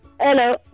Hello